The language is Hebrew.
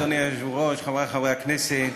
חברי חברי הכנסת,